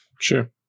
sure